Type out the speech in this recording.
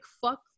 fuck